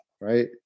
right